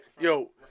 Yo